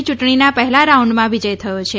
યૂંટણીના પહેલા રાઉન્ડમાં વિજય થયો છે